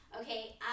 okay